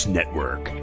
Network